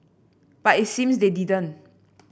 but it seems they didn't